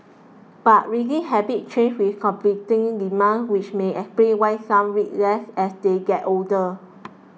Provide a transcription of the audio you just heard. but reading habits change with competing demands which may explain why some read less as they get older